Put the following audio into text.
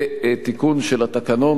בתיקון של התקנון.